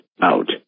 out